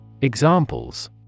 Examples